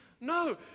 No